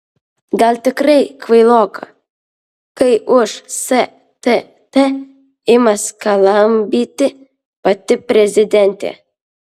gal tikrai kvailoka kai už stt ima skalambyti pati prezidentė